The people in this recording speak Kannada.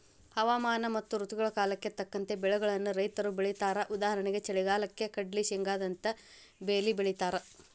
ಹವಾಮಾನ ಮತ್ತ ಋತುಗಳ ಕಾಲಕ್ಕ ತಕ್ಕಂಗ ಬೆಳಿಗಳನ್ನ ರೈತರು ಬೆಳೇತಾರಉದಾಹರಣೆಗೆ ಚಳಿಗಾಲಕ್ಕ ಕಡ್ಲ್ಲಿ, ಶೇಂಗಾದಂತ ಬೇಲಿ ಬೆಳೇತಾರ